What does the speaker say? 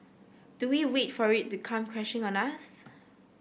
do we wait for it to come crashing on us